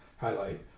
highlight